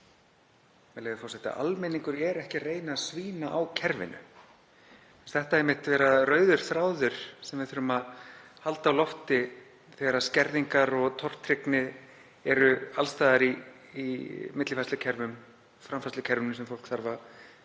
með leyfi forseta: „Almenningur er ekki að reyna að svína á kerfinu.“ Mér finnst þetta einmitt vera rauður þráður sem við þurfum að halda á lofti þegar skerðingar og tortryggni eru alls staðar í millifærslukerfum, framfærslukerfum sem fólk þarf að